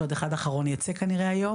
שיש עוד אחד אחרון שייצא כנראה היום,